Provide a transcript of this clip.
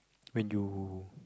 when you